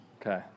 Okay